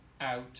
out